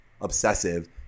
obsessive